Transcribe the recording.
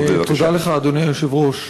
תודה לך, אדוני היושב-ראש.